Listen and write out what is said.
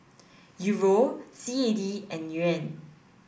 Euro C A D and Yuan